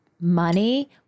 money